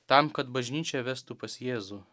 tam kad bažnyčia vestų pas jėzų